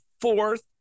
fourth